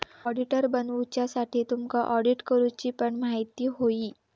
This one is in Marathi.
ऑडिटर बनुच्यासाठी तुमका ऑडिट करूची पण म्हायती होई